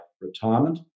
retirement